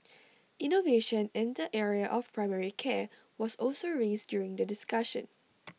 innovation in the area of primary care was also raised during the discussion